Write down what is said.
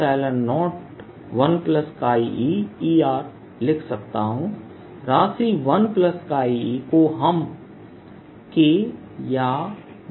राशि 1e को हम हम K या डाइलेक्ट्रिक कांस्टेंट कहेंगे